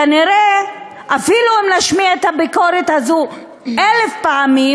כנראה, אפילו אם נשמיע את הביקורת הזו אלף פעמים,